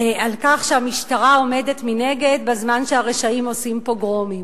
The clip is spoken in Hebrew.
על כך שהמשטרה עומדת מנגד בזמן שהרשעים עושים פוגרומים.